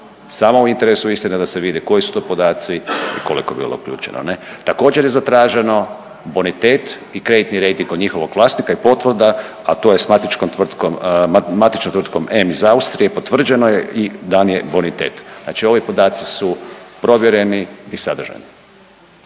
Samo u interesu istine da se vide koji su to podaci i koliko je bilo uključeno. Također je zatraženo bonitet i kreditni rejting kod njihovog vlasnika i potvrda, a to je sa matičnom tvrtkom … iz Austrije potvrđeno je dan je bonitet. Znači ovi podaci su provjereni i sadržajni.